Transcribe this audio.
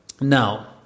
Now